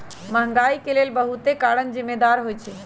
महंगाई के लेल बहुते कारन जिम्मेदार होइ छइ